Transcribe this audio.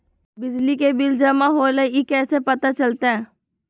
बिजली के बिल जमा होईल ई कैसे पता चलतै?